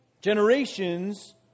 Generations